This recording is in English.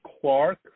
Clark